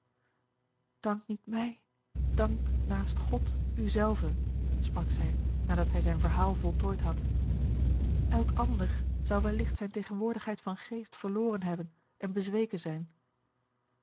dank niet mij dank naast god u zelven sprak zij nadat hij zijn verhaal voltooid had elk ander zou welligt zijne tegenwoordigheid van geest verloren hebben en bezweken zijn